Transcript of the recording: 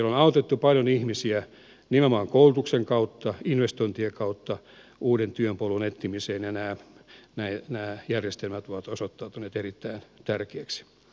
on autettu paljon ihmisiä nimenomaan koulutuksen kautta investointien kautta uuden työn polun etsimiseen ja nämä järjestelmät ovat osoittautuneet erittäin tärkeiksi